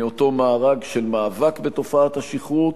מאותו מארג של מאבק בתופעת השכרות,